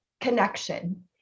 connection